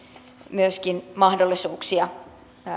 myöskin mahdollisuuksia